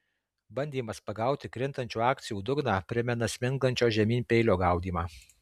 bandymas pagauti krintančių akcijų dugną primena smingančio žemyn peilio gaudymą